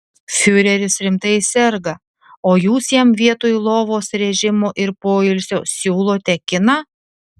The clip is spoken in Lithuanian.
fiureris rimtai serga o jūs jam vietoj lovos režimo ir poilsio siūlote kiną